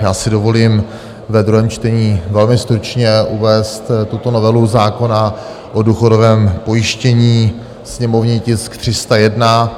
Já si dovolím ve druhém čtení velmi stručně uvést tuto novelu zákona o důchodovém pojištění, sněmovní tisk 301.